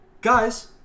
Guys